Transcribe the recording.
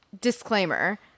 disclaimer